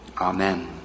Amen